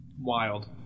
Wild